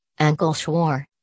Ankleshwar